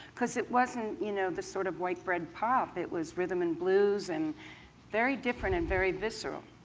because it wasn't you know the sort of white-bread pop it was rhythm and blues and very different and very visceral.